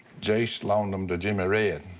jase loaned them to jimmy red.